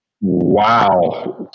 Wow